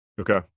Okay